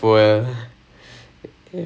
ah